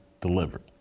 delivered